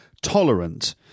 tolerant